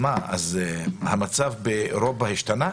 המצב באירופה השתנה?